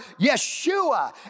Yeshua